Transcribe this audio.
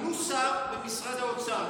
מינו שר במשרד האוצר,